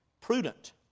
Prudent